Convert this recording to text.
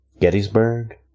Gettysburg